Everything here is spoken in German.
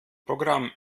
programm